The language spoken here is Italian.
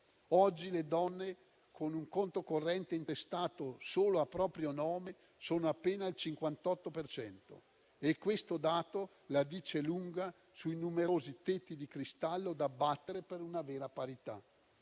Oggi le donne con un conto corrente intestato solo a proprio nome sono appena il 58 per cento e questo dato la dice lunga sui numerosi tetti di cristallo da abbattere, per una vera parità.